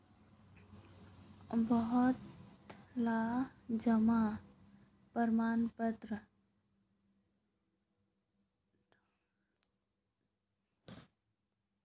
बहुतला जमा प्रमाणपत्र डाउनलोड करवार तने एटीएमत भी जयं निकलाल जवा सकछे